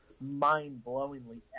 mind-blowingly